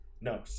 no